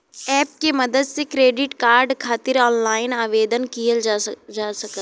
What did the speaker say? app के मदद से क्रेडिट कार्ड खातिर ऑनलाइन आवेदन किहल जा सकला